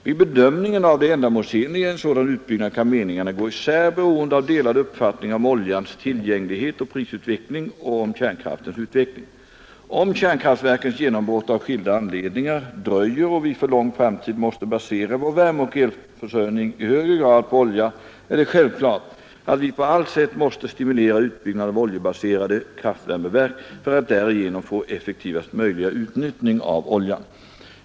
Vid bedömningen av det ändamålsenliga i en sådan utbyggnad kan meningarna gå isär beroende av delade uppfattningar om oljans tillgänglighet och prisutveckling och om kärnkraftens utveckling. Om kärnkraftverkens genombrott av skilda anledningar dröjer och vi för lång tid framåt måste basera vår värmeoch elförsörjning i högre grad på olja är det självklart att vi på allt sätt måste stimulera utbyggnaden av oljebaserade kraftvärmeverk för att därigenom få effektivast möjliga utnyttjning av oljan.